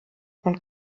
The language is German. und